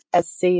sc